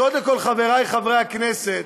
קודם כול, חבריי חברי הכנסת,